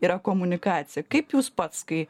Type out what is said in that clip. yra komunikacija kaip jūs pats kai